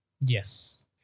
Yes